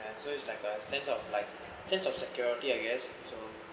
so it's like a sense of like sense of security I guess so